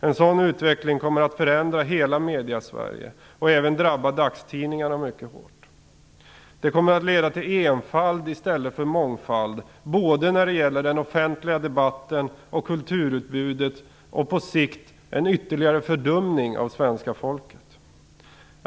En sådan utveckling kommer att förändra hela Mediesverige och drabba dagstidningarna mycket hårt. Detta kommer att leda till enfald i stället för mångfald när det gäller både den offentliga debatten och det offentliga kulturutbudet. På sikt kommer det att leda till en ytterligare fördumning av svenska folket.